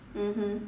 mmhmm